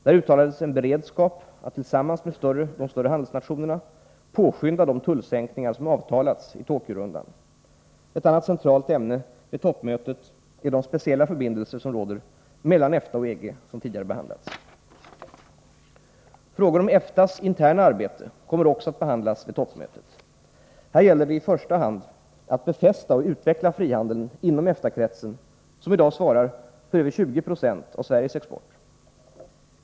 Där uttalades en beredskap att tillsammans med de större handelsnationerna påskynda de tullsänkningar som avtalats i Tokyorundan. Ett annat centralt ämne vid toppmötet är de speciella förbindelser som råder mellan EFTA och EG och som tidigare behandlats. Frågor om EFTA:s interna arbete kommer också att behandlas vid toppmötet. Här gäller det i första hand att befästa och utveckla frihandeln inom EFTA-kretsen, som i dag svarar för över 20 90 av Sveriges export.